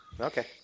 Okay